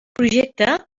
projecte